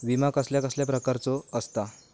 विमा कसल्या कसल्या प्रकारचो असता?